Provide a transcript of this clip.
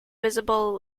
visible